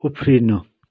उफ्रिनु